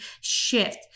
shift